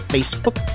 Facebook